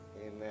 Amen